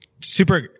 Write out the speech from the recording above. super